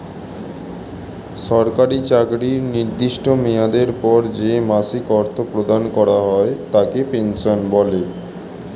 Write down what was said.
সরকারি চাকরির নির্দিষ্ট মেয়াদের পর যে মাসিক অর্থ প্রদান করা হয় তাকে পেনশন বলে